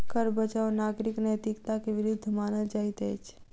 कर बचाव नागरिक नैतिकता के विरुद्ध मानल जाइत अछि